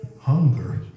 Hunger